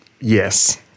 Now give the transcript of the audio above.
Yes